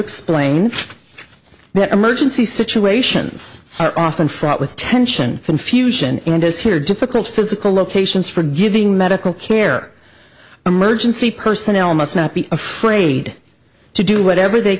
explain that emergency situations are often fraught with tension confusion and is here difficult physical locations for giving medical care emergency personnel must not be afraid to do whatever they